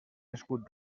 escut